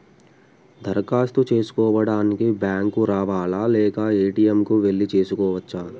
దరఖాస్తు చేసుకోవడానికి బ్యాంక్ కు రావాలా లేక ఏ.టి.ఎమ్ కు వెళ్లి చేసుకోవచ్చా?